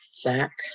Zach